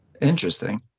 Interesting